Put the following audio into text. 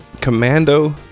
Commando